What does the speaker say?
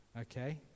okay